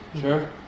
Sure